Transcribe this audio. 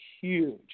huge